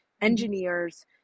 engineers